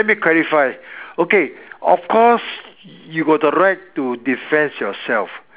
let me clarify okay of course you got the right to defense yourself